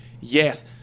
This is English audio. Yes